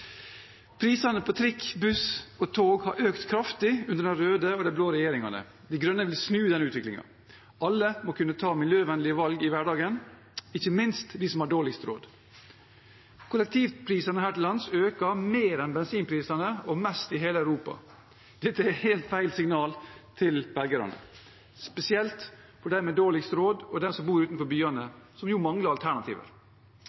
Prisene på trikk, buss og tog har økt kraftig under de røde og de blå regjeringene. De Grønne vil snu den utviklingen. Alle må kunne ta miljøvennlige valg i hverdagen, ikke minst de som har dårligst råd. Kollektivprisene her til lands øker mer enn bensinprisene – mest i hele Europa. Dette er helt feil signal til velgerne, spesielt for dem med dårligst råd og dem som bor utenfor